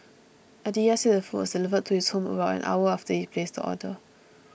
Aditya said the food was delivered to his home about an hour after he placed the order